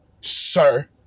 sir